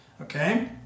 okay